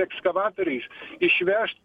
ekskavatoriais išvežt